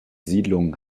siedlungen